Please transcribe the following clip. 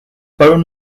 bone